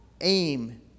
Aim